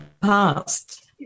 past